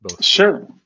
Sure